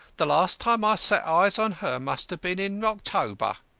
the last time i set eyes on her must have been in october.